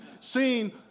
seen